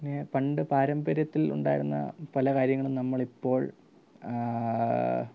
പിന്നെ പണ്ട് പാരമ്പര്യത്തിൽ ഉണ്ടായിരുന്ന പല കാര്യങ്ങളും നമ്മൾ ഇപ്പോൾ